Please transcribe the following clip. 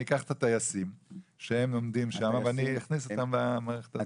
אני אקח את הטייסים שהם לומדים שמה ואני אכניס אותם במערכת הזאת.